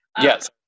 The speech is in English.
Yes